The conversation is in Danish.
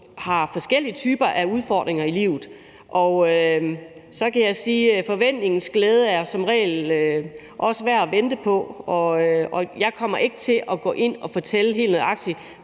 har forskellige typer af udfordringer i livet. Så kan jeg sige, at forventningens glæde som regel også er værd at tage med. Jeg kommer ikke til at gå ind og fortælle helt nøjagtigt,